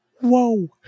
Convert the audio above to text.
Whoa